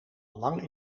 lang